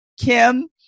Kim